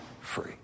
free